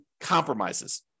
compromises